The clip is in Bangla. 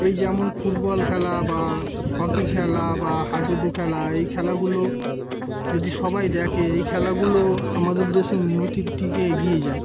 এই যেমন ফুটবল খেলা বা হকি খেলা বা হাডুডু খেলা এই খেলাগুলো যদি সবাই দেখে এই খেলাগুলো আমাদের দেশে উন্নতির দিকে এগিয়ে যায়